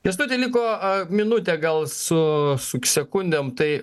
kęstuti liko minutė gal su suk sekundėm tai